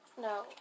No